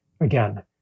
again